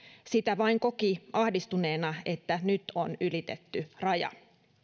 sitä vain koki ahdistuneena että nyt on ylitetty raja